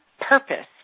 purpose